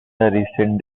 recent